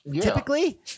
typically